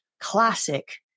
classic